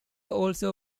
also